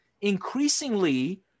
increasingly